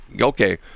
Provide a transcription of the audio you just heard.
okay